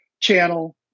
channel